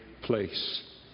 place